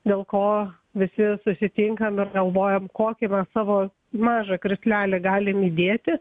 dėl ko visi susitinkam ir galvojam kokį mes savo mažą krislelį galim įdėti